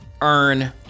earn